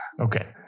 Okay